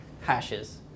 hashes